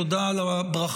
תודה על הברכה,